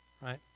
Right